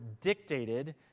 dictated